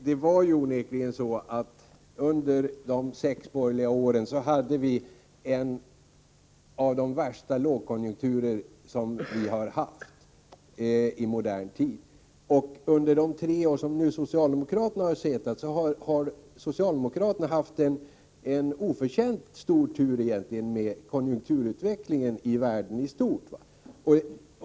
Herr talman! Det var onekligen så att under de sex borgerliga åren hade vi en av de värsta lågkonjunkturer som någonsin funnits i modern tid. Under de tre år socialdemokraterna har haft regeringsmakten har de egentligen haft en oförtjänt tur med konjunkturutvecklingen i världen i stort.